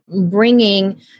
bringing